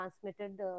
transmitted